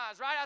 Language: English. right